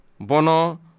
Bono